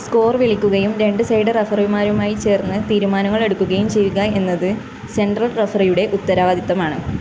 score വിളിക്കുകയും രണ്ട് side റഫറിമാരുമായി ചേർന്ന് തീരുമാനങ്ങൾ എടുക്കുകയും ചെയ്യുക എന്നത് സെൻട്രൽ റഫറിയുടെ ഉത്തരവാദിത്തമാണ്